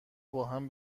باهم